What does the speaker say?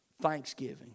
Thanksgiving